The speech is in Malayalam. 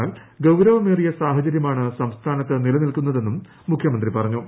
എന്നാൽ ഗൌരവ്മേറിയ സാഹചര്യമാണ് സംസ്ഥാനത്ത് നിലനിൽക്കുന്നതെന്നും മുഖ്യമന്ത്രി പറഞ്ഞു